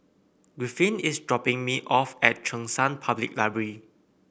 Rriffin is dropping me off at Cheng San Public Library